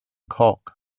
cock